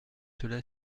cela